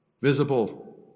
Visible